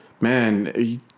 Man